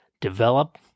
develop